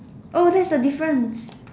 oh that's the difference